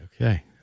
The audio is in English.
Okay